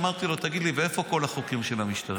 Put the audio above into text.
אמרתי לו, תגיד לי, ואיפה כל החוקרים של המשטרה?